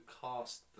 cast